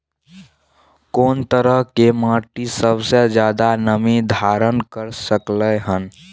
कोन तरह के माटी सबसे ज्यादा नमी धारण कर सकलय हन?